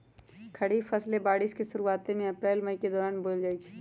खरीफ फसलें बारिश के शुरूवात में अप्रैल मई के दौरान बोयल जाई छई